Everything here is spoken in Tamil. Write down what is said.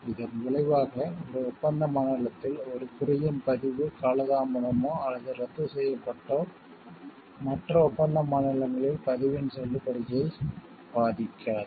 இதன் விளைவாக ஒரு ஒப்பந்த மாநிலத்தில் ஒரு குறியின் பதிவு காலதாமதமோ அல்லது ரத்து செய்யப்பட்டோ மற்ற ஒப்பந்த மாநிலங்களில் பதிவின் செல்லுபடியை பாதிக்காது